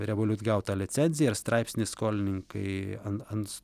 revoliut gautą licenciją ir straipsnis skolininkai an ans